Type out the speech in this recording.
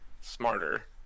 smarter